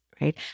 right